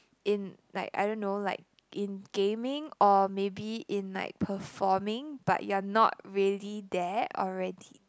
in like I don't know like in gaming or maybe in like performing but you're not really there already